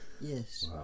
yes